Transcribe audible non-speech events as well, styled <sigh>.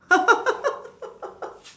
<laughs>